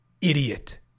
idiot